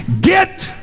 Get